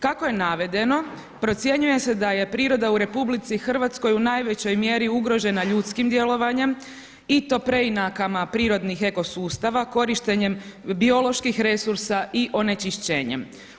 Kako je navedeno procjenjuje se da je priroda u RH u najvećoj mjeri ugrožena ljudskim djelovanjem i to preinakama prirodnih eko sustava, korištenjem bioloških resursa i onečišćenjem.